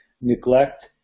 neglect